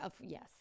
yes